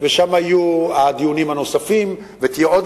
ושם יהיו הדיונים הנוספים ותהיה עוד